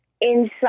inside